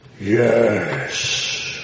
Yes